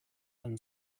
than